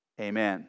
amen